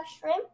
shrimp